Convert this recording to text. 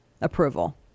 approval